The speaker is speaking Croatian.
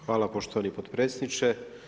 Hvala poštovani potpredsjedniče.